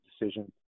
decision